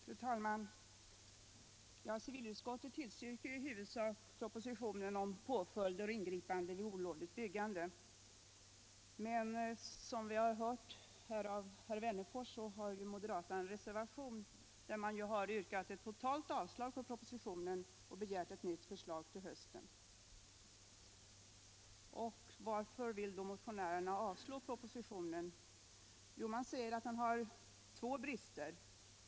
Fru talman! Civilutskottet tillstyrker i huvudsak propositionen om påföljder och ingripanden vid olovligt byggande. Men som vi har hört här av herr Wennerfors har moderaterna en reservation, där de yrkar avslag på hela propositionen och begär ett nytt förslag till hösten. Varför vill då reservanterna avslå propositionen” Jo, de säger att den har två brister.